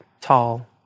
tall